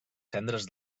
cendres